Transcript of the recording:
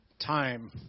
time